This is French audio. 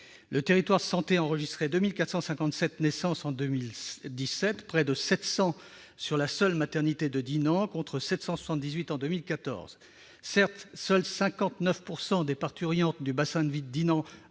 Le territoire de santé a enregistré 2 457 naissances en 2017, dont près de 700 dans la seule maternité de Dinan, contre 778 en 2014. Certes, seules 59 % des parturientes du bassin de vie de Dinan